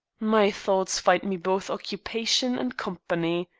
my thoughts find me both occupation and company,